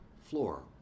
floor